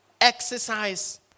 exercise